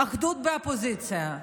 אחדות באופוזיציה,